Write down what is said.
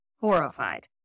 horrified